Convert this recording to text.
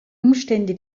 umstände